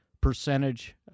percentage